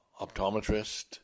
optometrist